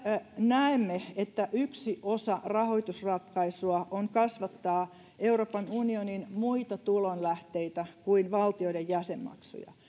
näemme että yksi osa rahoitusratkaisua on kasvattaa euroopan unionin muita tulonlähteitä kuin valtioiden jäsenmaksuja